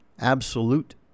absolute